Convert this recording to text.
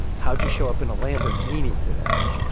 how'd you show up in a lamborghini today?